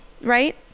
Right